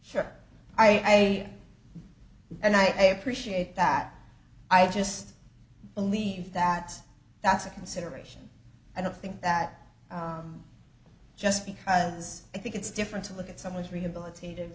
sure i am and i appreciate that i just believe that that's a consideration i don't think that just because i think it's different to look at someone's rehabilitat